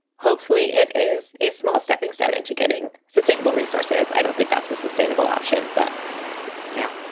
hopefully it is a small stepping stone into getting sustainable resources. i don't think that's a sustainable option but yeah,